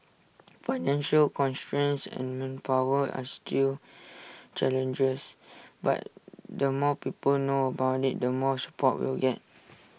financial constraints and manpower are still challenges but the more people know about IT the more support we'll get